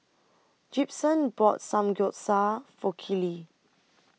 Gibson bought Samgeyopsal For Keely